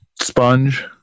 sponge